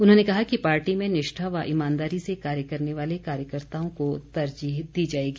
उन्होंने कहा कि पार्टी में निष्ठा व ईमानदारी से कार्य करने वाले कार्यकर्ताओं को तरजीह दी जाएगी